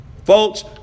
Folks